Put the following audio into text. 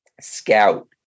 scout